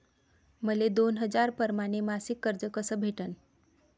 मले दोन हजार परमाने मासिक कर्ज कस भेटन?